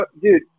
dude